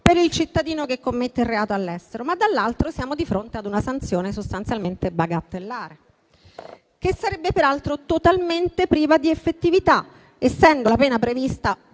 per il cittadino che commette il reato all'estero, ma dall'altro siamo di fronte ad una sanzione sostanzialmente bagatellare, che sarebbe peraltro totalmente priva di effettività. Essendo la pena prevista